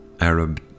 Arab